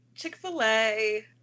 chick-fil-a